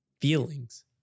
feelings